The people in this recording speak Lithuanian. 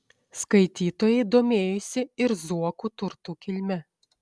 skaitytojai domėjosi ir zuokų turtų kilme